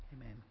Amen